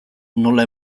nola